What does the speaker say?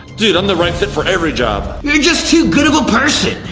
dude, i'm the right fit for every job. you're just too good of a person.